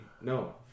no